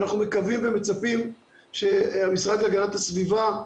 אנחנו מקווים ומצפים שהמשרד להגנת הסביבה,